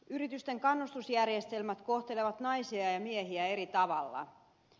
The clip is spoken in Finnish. yritysten kannustusjärjestelmät kohtelevat naisia ja miehiä eri tavalla